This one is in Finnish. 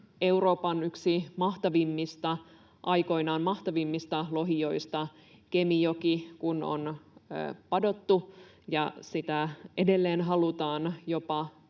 Euroopan yksi aikoinaan mahtavimmista lohijoista, Kemijoki, on padottu ja sitä jopa edelleen halutaan